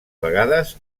vegades